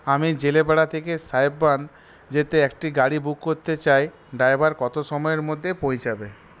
আমি জেলে পাড়া থেকে সাহেব বাঁধ যেতে একটি গাড়ি বুক করতে চাই ড্রাইভার কতো সময়ের মধ্যে পৌঁছাবে